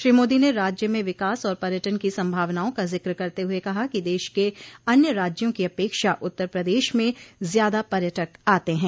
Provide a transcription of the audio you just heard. श्री मोदी ने राज्य में विकास और पर्यटन की संभावनाओं का जिक्र करते हुए कहा कि देश के अन्य राज्यों की अपेक्षा उत्तर प्रदेश में ज्यादा पर्यटक आते हैं